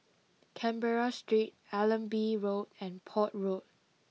Canberra Street Allenby Road and Port Road